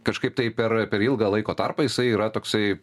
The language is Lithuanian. kažkaip tai per per ilgą laiko tarpą jisai yra toksai